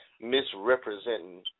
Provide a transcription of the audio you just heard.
misrepresenting